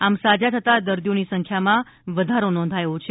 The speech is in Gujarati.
આમ સાજા થતાં દર્દીઓની સંખ્યામાં વધારો નોંધાયો છે